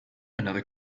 another